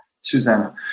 Susanna